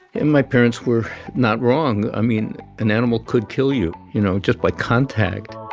and my parents were not wrong, i mean, an animal could kill you, you know, just by contact